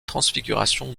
transfiguration